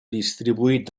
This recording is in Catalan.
distribuït